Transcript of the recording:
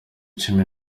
cumi